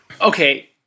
Okay